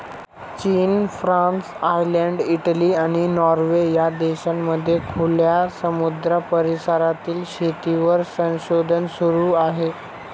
चीन, France, Ireland, Italy, आणि Norway या देशांमध्ये खुल्या समुद्र परिसरातील शेतीवर संशोधन सुरू आहे